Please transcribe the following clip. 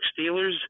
Steelers